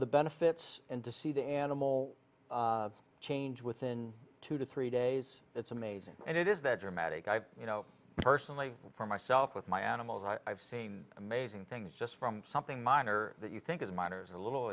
the benefits and to see the animal change within two to three days it's amazing and it is that dramatic i you know personally for myself with my animals i've seen amazing things just from something minor that you think of the miners are a little